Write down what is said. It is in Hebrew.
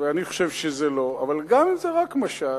ואני חושב שזה לא, אבל גם אם זה רק משל,